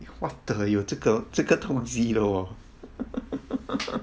what the 有这个这个痛 ji 了 oh